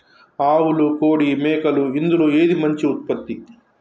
ఆవులు కోడి మేకలు ఇందులో ఏది మంచి ఉత్పత్తి?